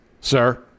sir